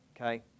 okay